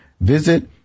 visit